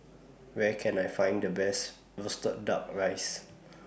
Where Can I Find The Best Roasted Duck Rice